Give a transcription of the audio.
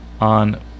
on